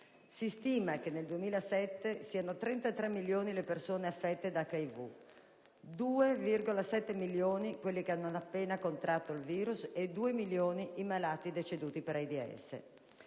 si stima che nel 2007 siano 33 milioni le persone affette da HIV, 2,7 milioni quelle che hanno appena contratto il *virus* e 2 milioni i malati deceduti per AIDS.